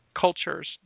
cultures